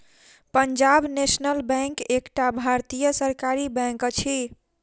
Punjab National Bank एकटा भारतीय सरकारी बैंक अछि